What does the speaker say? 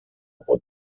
pot